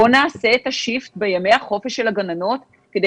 בואו ונעשה את ה-shift בימי החופש של הגננות כדי